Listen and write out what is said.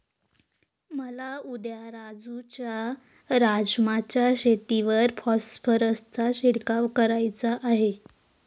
मला उद्या राजू च्या राजमा च्या शेतीवर फॉस्फरसचा शिडकाव करायचा आहे